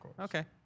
Okay